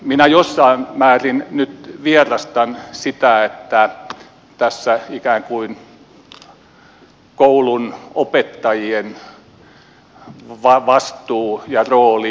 minä jossain määrin nyt vierastan sitä että tässä ikään kuin koulun opettajien vastuu ja rooli ylikorostuu